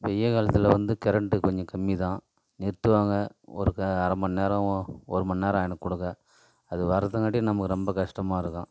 வெய்யல் காலத்தில் வந்து கரண்டு கொஞ்சம் கம்மி தான் நிறுத்துவாங்க ஒருக்க அரை மணிநேரம் ஒ ஒரு மணிநேரம் ஆயிடும் கொடுக்க அது வரதுங்காட்டியும் நமக்கு ரொம்ப கஷ்டமாக இருக்கும்